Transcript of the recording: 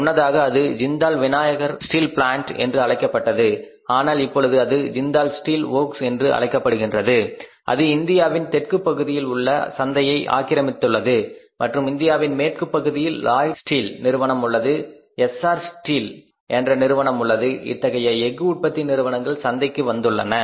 முன்னதாக அது Jindal's Vinayagar steel plant என்று அழைக்கப்பட்டது ஆனால் இப்பொழுது அது ஜிந்தால் ஸ்டீல் வொர்க்ஸ் என்று அழைக்கப்படுகின்றது அது இந்தியாவின் தெற்குப் பகுதியில் உள்ள சந்தையை ஆக்கிரமித்துள்ளது மற்றும் இந்தியாவின் மேற்குப் பகுதியில் லாயிட் அண்ட் ஸ்டீல் நிறுவனம் உள்ளது எஸ்ஆர் ஸ்டீல் என்ற நிறுவனம் உள்ளது இத்தகைய எஃகு உற்பத்தி நிறுவனங்கள் சந்தைக்கு வந்துள்ளன